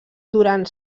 durant